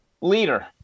leader